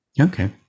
Okay